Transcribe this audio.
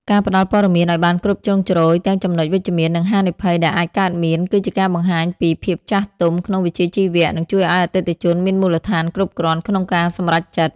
ការផ្ដល់ព័ត៌មានឱ្យបានគ្រប់ជ្រុងជ្រោយទាំងចំណុចវិជ្ជមាន និងហានិភ័យដែលអាចកើតមាន គឺជាការបង្ហាញពីភាពចាស់ទុំក្នុងវិជ្ជាជីវៈ និងជួយឱ្យអតិថិជនមានមូលដ្ឋានគ្រប់គ្រាន់ក្នុងការសម្រេចចិត្ត។